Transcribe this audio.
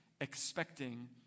expecting